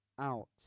out